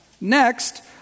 next